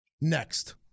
next